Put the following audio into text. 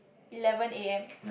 eleven A_M